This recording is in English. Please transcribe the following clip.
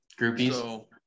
Groupies